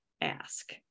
ask